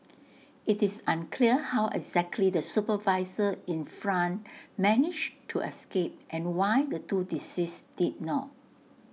IT is unclear how exactly the supervisor in front managed to escape and why the two deceased did not